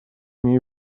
они